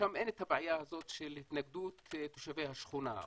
שם אין את הבעיה הזאת של התנגדות תושבי השכונה,